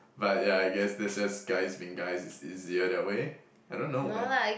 but yeah I guess that's just guys being guys it's easier that way I don't know man